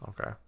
Okay